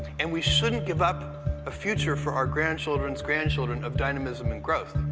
and we shouldn't give up a future for our grandchildren's grandchildren of dynamism and growth.